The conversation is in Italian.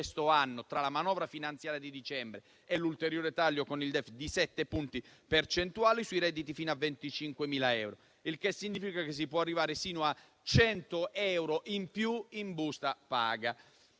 questo anno, tra la manovra finanziaria di dicembre e l'ulteriore taglio con il DEF, di 7 punti percentuali sui redditi fino a 25.000 euro, il che significa che si può arrivare fino a 100 euro in più in busta paga.